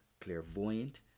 clairvoyant